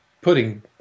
putting